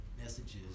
messages